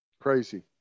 Crazy